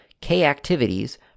K-activities